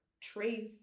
trace